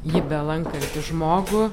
jį belankantį žmogų